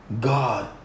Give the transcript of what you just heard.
God